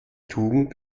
tugend